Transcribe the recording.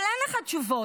אבל אין לך תשובות,